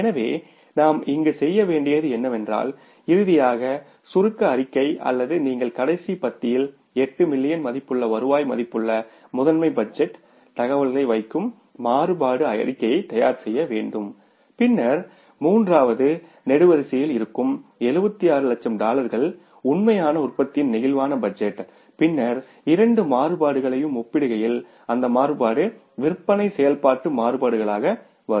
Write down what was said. எனவே நாம் இங்கு செய்ய வேண்டியது என்னவென்றால் இறுதியாக சுருக்க அறிக்கை அல்லது நீங்கள் கடைசி பத்தியில் 8 மில்லியன் மதிப்புள்ள வருவாய் மதிப்புள்ள முதன்மை பட்ஜெட் தகவலை வைக்கும் மாறுபாடு அறிக்கை தயார்செய்யவேண்டும் பின்னர் மூன்றாவது நெடுவரிசையில் இருக்கும் 76 லட்சம் டாலர்கள் உண்மையான உற்பத்தியின் பிளேக்சிபிள் பட்ஜெட் பின்னர் இரண்டு மாறுபாடுகளையும் ஒப்பிடுகையில் அந்த மாறுபாடு விற்பனை செயல்பாட்டு மாறுபாடுகளாக வரும்